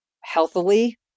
healthily